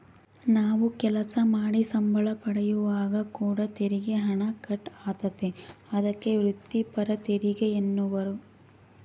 ನಾವು ಕೆಲಸ ಮಾಡಿ ಸಂಬಳ ಪಡೆಯುವಾಗ ಕೂಡ ತೆರಿಗೆ ಹಣ ಕಟ್ ಆತತೆ, ಅದಕ್ಕೆ ವ್ರಿತ್ತಿಪರ ತೆರಿಗೆಯೆನ್ನುವರು